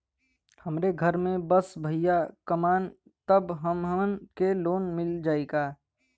हमरे घर में बस भईया कमान तब हमहन के लोन मिल जाई का?